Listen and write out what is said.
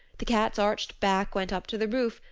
the cat's arched back went up to the roof,